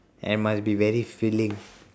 and must be very filling